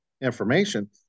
information